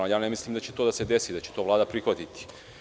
Mislim da će to da se desi i da će to Vlada prihvatiti.